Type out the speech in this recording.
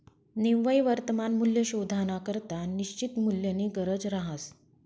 निव्वय वर्तमान मूल्य शोधानाकरता निश्चित मूल्यनी गरज रहास